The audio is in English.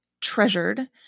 treasured